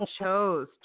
chose